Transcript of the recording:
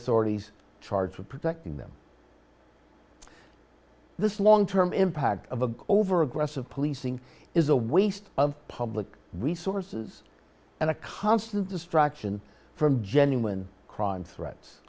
authorities charged with protecting them this long term impact of over aggressive policing is a waste of public resources and a constant distraction from genuine crime threats